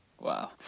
Wow